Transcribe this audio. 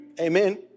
Amen